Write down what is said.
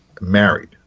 married